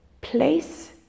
place